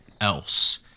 else